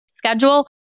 schedule